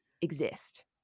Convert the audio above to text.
exist